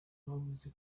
bavuze